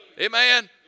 Amen